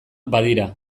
badira